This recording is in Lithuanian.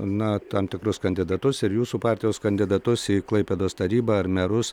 na tam tikrus kandidatus ir jūsų partijos kandidatus į klaipėdos tarybą ar merus